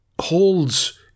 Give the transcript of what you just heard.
holds